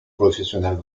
professional